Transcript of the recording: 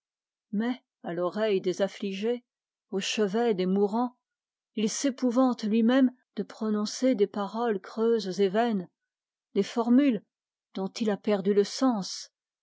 mais à l'oreille des affligés au chevet des mourants il s'épouvante lui-même de prononcer des paroles creuses et vaines des formules dont il a perdu le sens